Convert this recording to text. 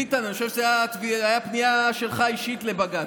ביטן, אני חושב שזו הייתה פנייה אישית שלך לבג"ץ.